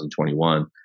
2021